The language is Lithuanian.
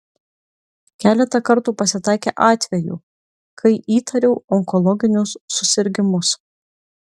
keletą kartų pasitaikė atvejų kai įtariau onkologinius susirgimus